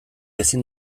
ezin